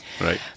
Right